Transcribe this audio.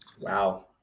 Wow